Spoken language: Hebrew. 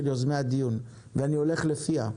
של יוזמי הדיון ואני הולך לפיה.